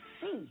see